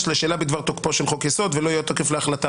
לשאלה בדבר תוקפו של חוק-יסוד ולא יהיה תוקף להחלטה.